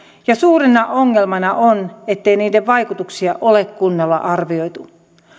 ja suurena ongelmana on ettei niiden vaikutuksia ole kunnolla arvioitu